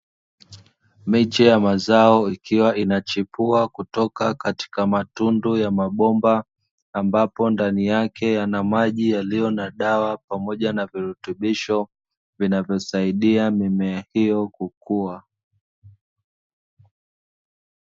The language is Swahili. Miche ya mazao ikiwa inachipua kutoka kwenye matundu ya mabomba, ambapo ndani yake yana maji yaliyo na dawa pamoja na virutubisho vinavyosaidia mimea hiyo kukua.